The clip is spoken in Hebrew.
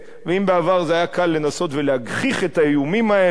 ואם בעבר זה היה קל לנסות להגחיך את האיומים האלו,